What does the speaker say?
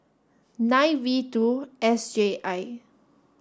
nine V two S J I